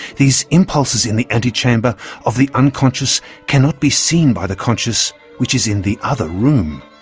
these impulses in the ante chamber of the unconscious cannot be seen by the conscious which is in the other room.